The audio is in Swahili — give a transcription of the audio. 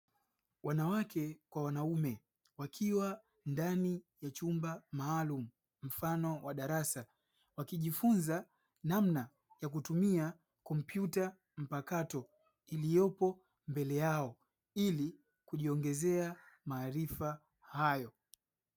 Wanawake kwa wanaume wakiwa ndani ya chumba maalum mfano wa darasa wakijifunza namna ya kutumia kompyuta mpakato iliyopo mbele yao ili kujiongezea maarifa hayo.